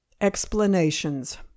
Explanations